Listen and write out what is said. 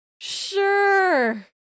sure